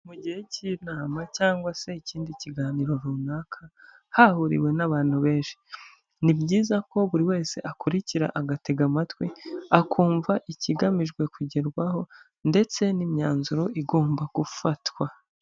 Mu gihe cy'inama cyangwa se ikindi kiganiro runaka hahuriwe n'abantu benshi, ni byiza ko buri wese akurikira agatega amatwi, akumva ikigamijwe kugerwaho ndetse n'imyanzuro igomba gufatwa.